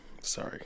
Sorry